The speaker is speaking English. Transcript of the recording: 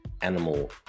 animal